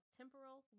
temporal